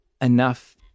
enough